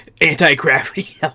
anti-gravity